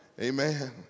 Amen